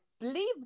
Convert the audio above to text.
believe